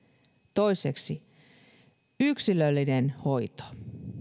toiseksi yksilöllinen hoito